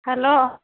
hello